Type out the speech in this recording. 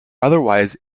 otherwise